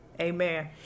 Amen